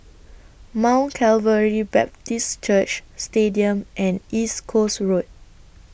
Mount Calvary Baptist Church Stadium and East Coast Road